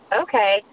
okay